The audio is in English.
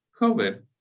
COVID